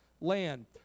land